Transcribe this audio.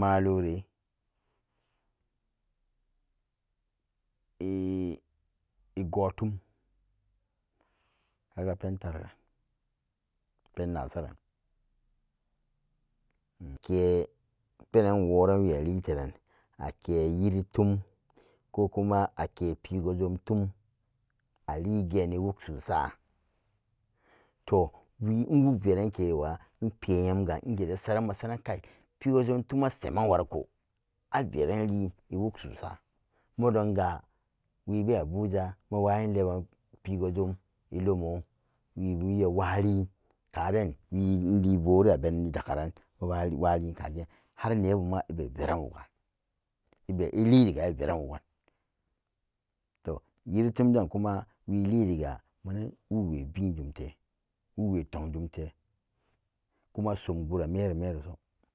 marori i-igwo-tum kaga pen tara-ran pen nasaran nke penan nworan we aliteran ake yiri tum kokuma ake pigo-jom tum aligeni wuk-susa. Toh nwok verankeriwa npe yamga ngede saran masaranan kai pigo-jam tum asemen wariko averan lien i'wuk-susa modonga webe abuja mawayin leben pigo-jom ilomo weya walien kaden wa inli vowi rabeni dakkaran ma walien kagen har nebu ma ibe veran wusan ibe-iliriga i'veran wugan toh yiri tum den kuma wii uri ga mana, wuwe veen jumte wuwe tong sumte kuma som-gura mere-mere so.